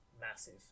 massive